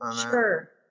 Sure